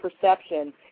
perception